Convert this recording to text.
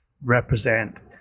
represent